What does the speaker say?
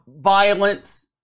violence